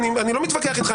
אני לא מתווכח איתך,